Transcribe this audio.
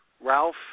Ralph